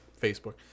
Facebook